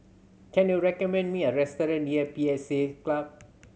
can you recommend me a restaurant near P S A Club